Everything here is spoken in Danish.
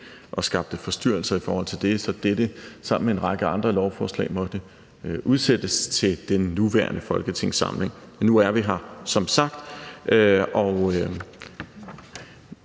og skabte forstyrrelser i forhold til det, så dette måtte sammen med en række andre lovforslag udsættes til den nuværende folketingssamling. Nu er vi her som sagt